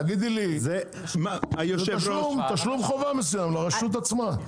זה תשלום, תשלום חובה מסוים לרשות עצמה.